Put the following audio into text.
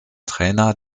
trainer